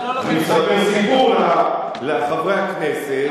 הוא מספר סיפור לחברי הכנסת,